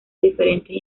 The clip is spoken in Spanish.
diferentes